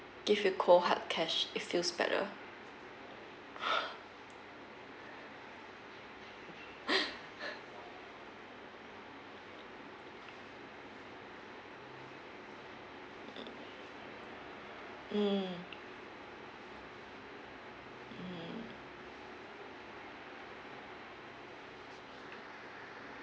give you cold hard cash it feels better mm mm